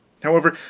however,